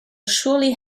surely